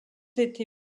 été